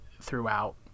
throughout